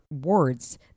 words